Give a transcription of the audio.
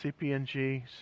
CPNG